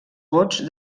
vots